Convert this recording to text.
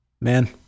Man